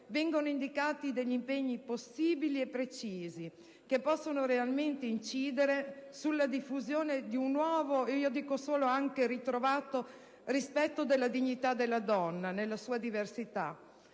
vengono indicati impegni possibili e precisi, che possono realmente incidere sulla diffusione di un nuovo, e anche ritrovato, rispetto della dignità della donna nella sua diversità,